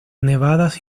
nevadas